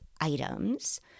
items